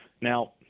now